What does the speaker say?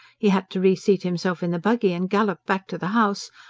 he had to re-seat himself in the buggy and gallop back to the house,